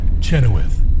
Chenoweth